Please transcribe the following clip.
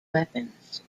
weapons